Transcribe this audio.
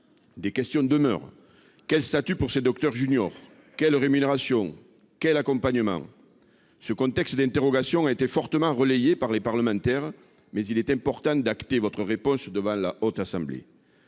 des questions demeurent : quel statut pour ces docteurs juniors ? Quelle rémunération ? Quel accompagnement ? Ces interrogations ont été fortement relayées par plusieurs parlementaires, monsieur le ministre, mais il est important d’acter votre réponse devant la Haute Assemblée.